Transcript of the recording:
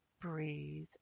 breathe